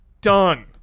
done